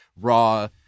raw